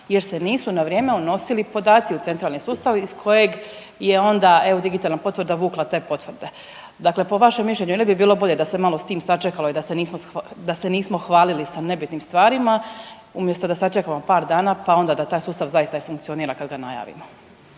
jer se nisu na vrijeme unosili podaci u centralni sustav iz kojeg je onda, evo, digitalna potvrda vukla te potvrde. Dakle po vašem mišljenju, je li ne bi bilo bolje da se malo s tim sačekalo i da se nismo hvalili sa nebitnim stvarima umjesto da sačekamo par dana pa onda da taj sustav zaista i funkcionira kad ga najavimo?